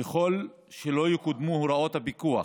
ככל שלא יקודמו הוראות הפיקוח,